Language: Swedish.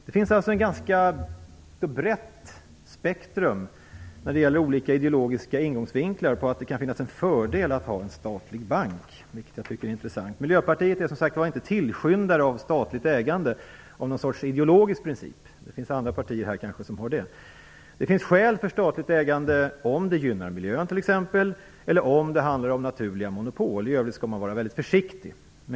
Det finns alltså ett ganska brett spektrum av ideologiska ingångsvinklar för åsikten att det finns fördelar med en statlig bank, vilket jag tycker är intressant. Miljöpartiet är som sagt inte tillskyndare av statligt ägande av något slags ideologisk princip. Det finns kanske andra partier som är det. Det finns skäl för statligt ägande om det gynnar miljön eller om det handlar om naturliga monopol. I övrigt skall man vara väldigt försiktig.